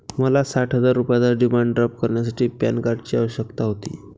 मला साठ हजार रुपयांचा डिमांड ड्राफ्ट करण्यासाठी पॅन कार्डची आवश्यकता होती